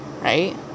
Right